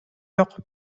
жок